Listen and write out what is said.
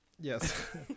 Yes